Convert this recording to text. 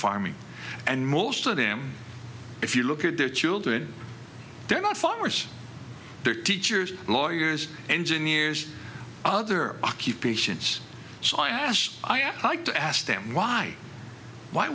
farming and most of them if you look at their children they're not farmers they're teachers lawyers engineers other occupations so i asked i am like to ask them why why